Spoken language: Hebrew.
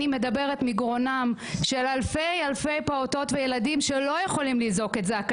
ואני מדברת מגרונם של אלפי פעוטות וילדים שלא יכולים לזעוק.